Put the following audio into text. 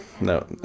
no